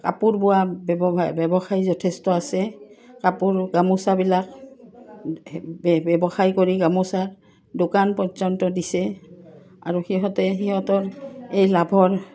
কাপোৰ বোৱা ব্যৱসায় ব্যৱসায়ী যথেষ্ট আছে কাপোৰ গামোচাবিলাক ব্যৱসায় কৰি গামোচা দোকান পৰ্যন্ত দিছে আৰু সিহঁতে সিহঁতৰ এই লাভৰ